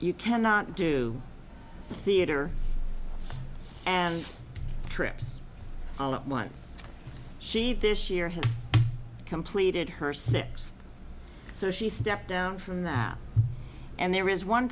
you cannot do theatre and trips all at once she this year has completed her six so she stepped down from that and there is one